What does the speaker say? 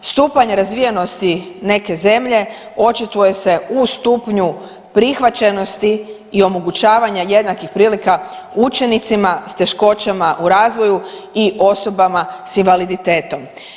Stupanj razvijenosti neke zemlje očituje se u stupnju prihvaćenosti i omogućavanja jednakih prilika učenicima s teškoćama u razvoju i osobama s invaliditetom.